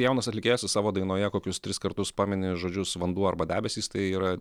jaunas atlikėjas su savo dainoje kokius tris kartus pamini žodžius vanduo arba debesys tai yra